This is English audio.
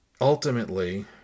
ultimately